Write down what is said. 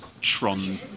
Tron